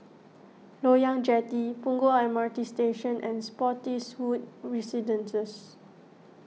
Loyang Jetty Punggol M R T Station and Spottiswoode Residences